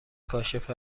کاشف